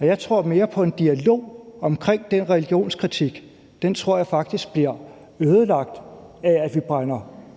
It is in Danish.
Jeg tror mere på en dialog omkring den religionskritik, og den tror jeg faktisk bliver ødelagt af, at vi brænder